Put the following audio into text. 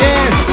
Yes